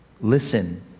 listen